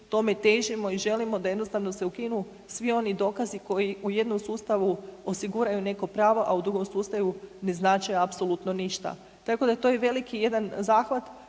tome težimo i želimo da jednostavno se ukinu svi oni dokazi koji u jednom sustavu osiguranju neko pravo, a u drugom sustavu ne znače apsolutno ništa. Tako da to je i veliki jedan zahvat